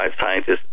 scientists